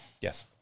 Yes